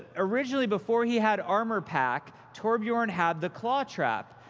originally, before he had armor pack, torbjorn had the claw trap.